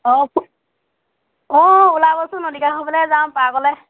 অঁ হু অঁ ওলাবচোন নদীৰ কাষৰ ফালে যাম পাৰ্কলৈ